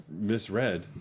misread